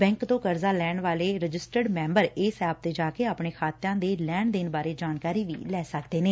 bank ਤੋਂ ਕਰਜ਼ਾ ਲੈਣ ਵਾਲੇ ਰਜਿਸਟਰਡ ਮੈਂਬਰ ਇਸ ਐਪ ਤੇ ਜਾ ਕੇ ਆਪਣੇ ਖ਼ਾਤਿਆਂ ਦੇ ਲੈਣ ਦੇਣ ਬਾਰੇ ਜਾਣਕਾਰੀ ਲੈ ਸਕਦੇ ਨੇ